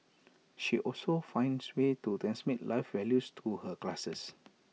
she also finds ways to transmit life values through her classes